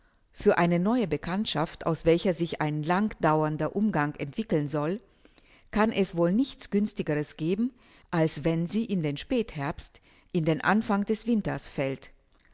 für eine neue bekanntschaft aus welcher sich ein lang dauernder umgang entwickeln soll kann es wohl nichts günstigeres geben als wenn sie in den spätherbst in den anfang des winters fällt